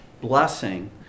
blessing